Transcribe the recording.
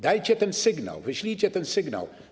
Dajcie ten sygnał, wyślijcie ten sygnał.